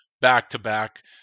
back-to-back